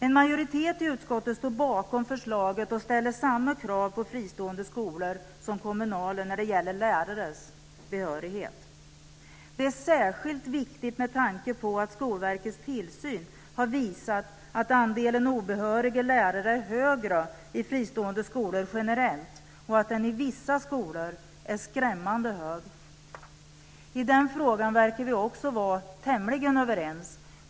En majoritet i utskottet står bakom förslaget att ställa samma krav på fristående skolor som kommunala när det gäller lärarnas behörighet. Det är särskilt viktigt med tanke på att Skolverkets tillsyn visat att andelen obehöriga lärare är högre i fristående skolor generellt och att den i vissa skolor är skrämmande hög. I den frågan verkar vi också vara tämligen överens.